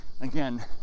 again